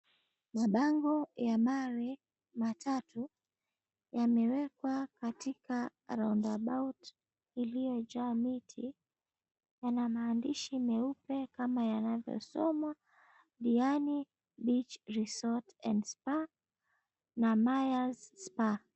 Mabango ya mawe matatu, yamewekwa katika roundabout iliyojaa miti. Yana maandishi meupe kama yanavyosomwa Diani Beach Resort and Spa na Mayers Spa.